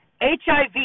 HIV